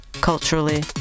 culturally